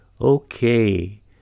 Okay